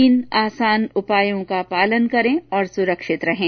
तीन आसान उपायों का पालन करें और सुरक्षित रहें